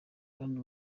kandi